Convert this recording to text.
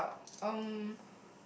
how about um